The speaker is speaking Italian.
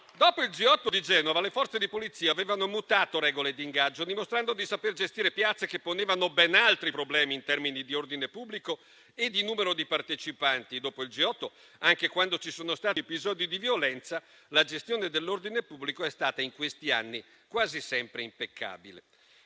dopo il G8 di Genova, le Forze di polizia avevano mutato le regole di ingaggio, dimostrando di saper gestire piazze che ponevano ben altri problemi in termini di ordine pubblico e di numero di partecipanti. Dopo il G8, anche quando ci sono stati episodi di violenza, la gestione dell'ordine pubblico è stata in questi anni quasi sempre impeccabile.